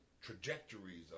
trajectories